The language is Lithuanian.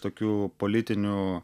tokių politinių